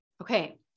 Okay